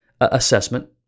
assessment